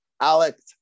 Alex